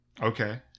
Okay